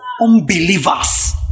Unbelievers